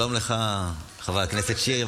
שלום לך, חבר הכנסת שירי.